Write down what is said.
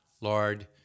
Lord